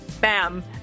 bam